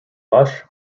lush